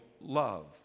love